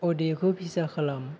अडिय'खौ फिसा खालाम